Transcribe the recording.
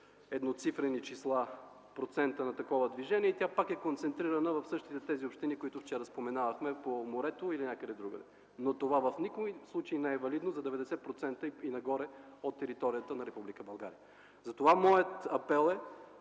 едноцифрени числа процента на такова движение и тя пак е концентрирана в същите тези общини, които вчера споменавахме по морето или някъде другаде. Но това в никой случай не е валидно за 90% и нагоре от територията на Република България. Моят апел е